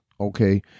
okay